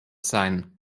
sein